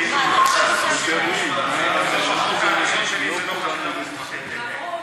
ההצעה להעביר את הצעת חוק התגמולים לנפגעי פעולות איבה (תיקון,